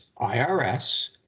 IRS